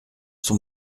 son